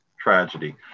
tragedy